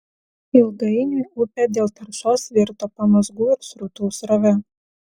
ilgainiui upė dėl taršos virto pamazgų ir srutų srove